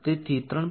તેથી 3